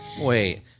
Wait